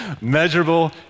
measurable